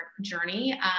journey